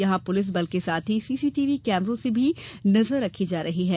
यहां पुलिस बल के साथ ही सीसीटीवी कैमरों से भी नजर रखी जा रही है